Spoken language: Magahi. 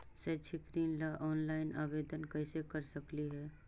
शैक्षिक ऋण ला ऑनलाइन आवेदन कैसे कर सकली हे?